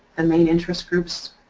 the main interest groups.